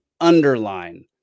underline